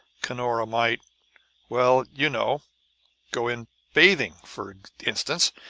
cunora might well, you know go in bathing, for instance.